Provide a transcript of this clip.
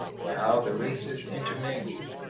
or how the races intermingled,